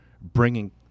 bringing